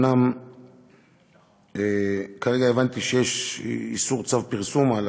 אומנם כרגע הבנתי שיש צו איסור פרסום על